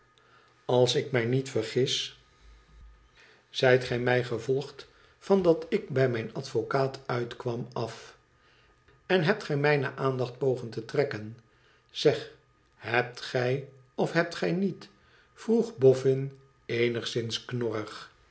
als ik mij niet vergis zijt gij mij gevolgd van dat ik bij mijn advocaat uitkwam af en hebt gij mijne aandacht pogen te trekken zeg hebt gij of hebt gij niet vroeg boffin eenigszins